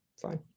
fine